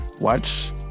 watch